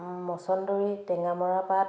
মছন্দৰী টেঙামৰা পাত